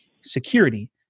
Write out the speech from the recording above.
security